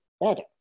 better